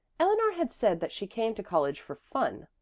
eleanor had said that she came to college for fun,